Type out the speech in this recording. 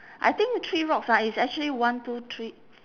I think the three rocks ah it's actually one two three f~